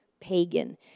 pagan